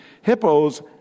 Hippos